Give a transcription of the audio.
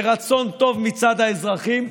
ברצון טוב מצד האזרחים,